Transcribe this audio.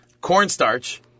cornstarch